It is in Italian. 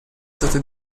stata